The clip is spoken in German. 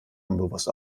unbewusst